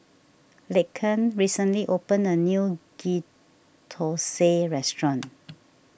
Laken recently opened a new Ghee Thosai restaurant